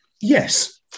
Yes